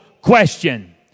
question